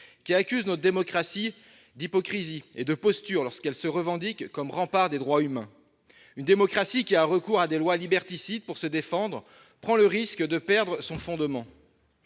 qui accusent notre démocratie d'hypocrisie et de posture lorsqu'elle affirme être le rempart des droits humains. Une démocratie qui a recours à des lois liberticides pour se défendre prend le risque de perdre son fondement.